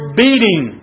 beating